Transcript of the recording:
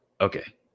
okay